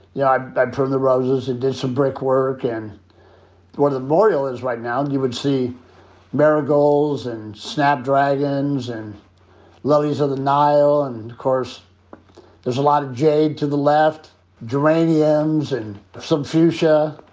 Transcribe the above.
yeah i've i've pruned the roses and did some brick work, and where the memorial is right now you would see marigolds and snapdragons and lilies of the nile, and of course there's a lot of jade to the left geraniums and some fuchsia.